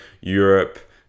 Europe